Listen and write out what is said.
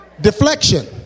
deflection